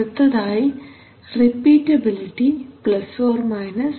അടുത്തതായി റിപ്പീറ്റബിലിറ്റി ± 0